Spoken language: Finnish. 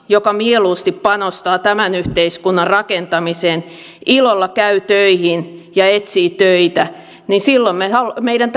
joka mieluusti panostaa tämän yhteiskunnan rakentamiseen ilolla käy töihin ja etsii töitä niin silloin meidän